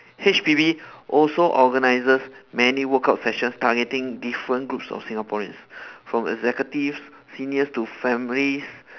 H_P_B also organises many workout sessions targeting different groups of singaporeans from executive seniors to families